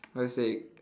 how to say